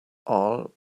all